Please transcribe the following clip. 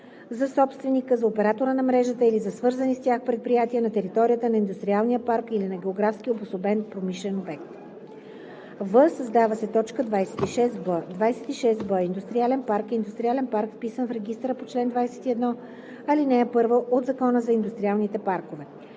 за собственика, за оператора на мрежата или за свързани с тях предприятия на територията на индустриалния парк или на географски обособен промишлен обект.“; в) създава се т. 26б: „26б. „Индустриален парк“ е индустриален парк, вписан в регистъра по чл. 21, ал. 1 от Закона за индустриалните паркове.“;